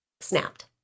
snapped